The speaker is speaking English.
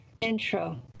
intro